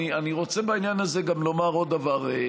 אני רוצה בעניין הזה גם לומר עוד דבר,